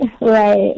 right